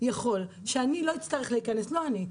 יכול שאני לא אצטרך להיכנס לא אני,